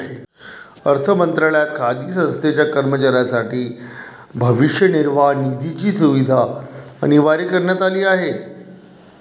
अर्थ मंत्रालयात खाजगी संस्थेच्या कर्मचाऱ्यांसाठी भविष्य निर्वाह निधीची सुविधा अनिवार्य करण्यात आली आहे